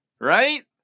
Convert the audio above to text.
Right